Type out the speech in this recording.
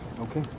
Okay